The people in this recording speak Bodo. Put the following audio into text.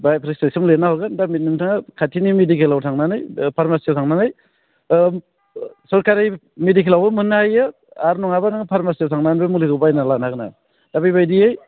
बा प्रेसक्रिबसन लिरना हरगोन दा नोंथाङा खाथिनि मेदिकेलाव थांनानै फारमासियाव थांनानै सरकारि मेदिकेलावबो मोन्नो हायो आर नङाबा नों फारमासियाव थांनानैबो मुलिखौ बायना लानो हागोन दा बेबायदि